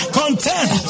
content